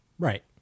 Right